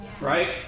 right